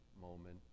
moment